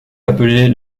appelée